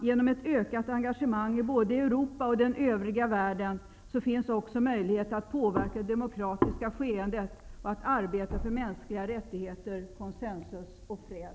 Genom ett ökat engagemang i både Europa och den övriga världen finns också möjlighet att påverka det demokratiska skeendet och att arbeta för mänskliga rättigheter, consensus och fred.